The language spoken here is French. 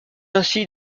ainsi